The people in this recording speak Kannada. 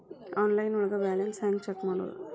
ಆನ್ಲೈನ್ ಒಳಗೆ ಬ್ಯಾಲೆನ್ಸ್ ಹ್ಯಾಂಗ ಚೆಕ್ ಮಾಡೋದು?